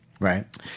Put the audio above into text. Right